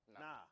Nah